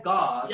God